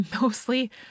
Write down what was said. mostly